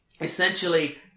essentially